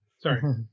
sorry